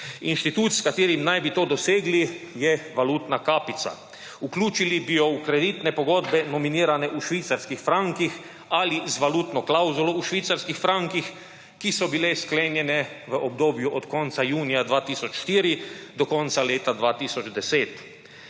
Institut, s katerim naj bi to dosegli, je valutna kapica. Vključili bi jo v kreditne pogodbe, nominirane v švicarskih frankih, ali z valutno klavzulo v švicarskih frankih, ki so bile sklenjene v obdobju od konca junija 2004 do konca leta 2010.